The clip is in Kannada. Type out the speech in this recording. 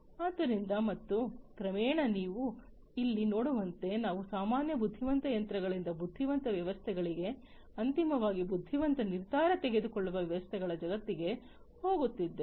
ಆದ್ದರಿಂದ ಮತ್ತು ಕ್ರಮೇಣ ನೀವು ಇಲ್ಲಿ ನೋಡುವಂತೆ ನಾವು ಸಾಮಾನ್ಯ ಬುದ್ಧಿವಂತ ಯಂತ್ರಗಳಿಂದ ಬುದ್ಧಿವಂತ ವ್ಯವಸ್ಥೆಗಳಿಗೆ ಅಂತಿಮವಾಗಿ ಬುದ್ಧಿವಂತ ನಿರ್ಧಾರ ತೆಗೆದುಕೊಳ್ಳುವ ವ್ಯವಸ್ಥೆಗಳ ಜಗತ್ತಿಗೆ ಹೋಗುತ್ತಿದ್ದೇವೆ